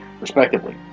respectively